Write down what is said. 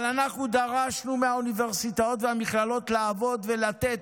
אבל אנחנו דרשנו מהאוניברסיטאות והמכללות לעבוד ולתת,